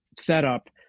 setup